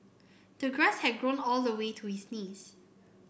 the grass had grown all the way to his knees